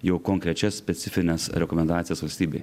jau konkrečias specifines rekomendacijas valstybei